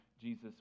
Jesus